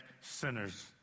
sinners